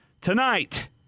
Tonight